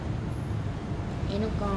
என்னாகும்:ennakum